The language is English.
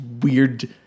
weird